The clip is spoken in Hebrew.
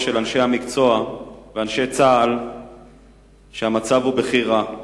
של אנשי המקצוע ואנשי צה"ל שהמצב הוא בכי רע.